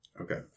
Okay